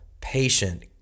patient